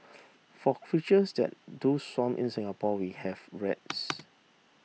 for creatures that do swarm in Singapore we have rats